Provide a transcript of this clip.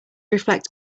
reflect